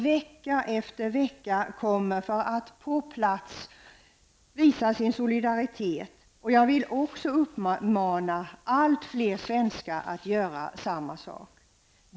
Vecka efter vecka kommer man för att på plats visa sin solidaritet med människorna i öst. Jag vill uppmana fler svenskar att göra samma sak.